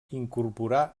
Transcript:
incorporà